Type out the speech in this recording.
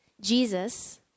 Jesus